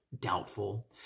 doubtful